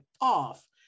off